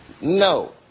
No